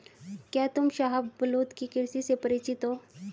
क्या तुम शाहबलूत की कृषि से परिचित हो?